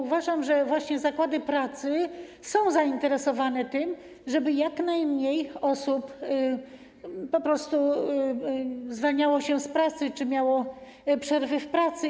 Uważam, że zakłady pracy są zainteresowane tym, żeby jak najmniej osób po prostu zwalniało się z pracy czy miało przerwy w pracy.